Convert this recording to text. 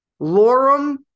Lorem